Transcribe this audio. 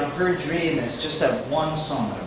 her dream is just to have one song